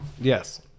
yes